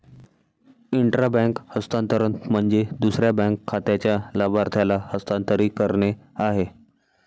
intra bank हस्तांतरण म्हणजे दुसऱ्या बँक खात्याच्या लाभार्थ्याला हस्तांतरित करणे आहे